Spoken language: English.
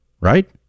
Right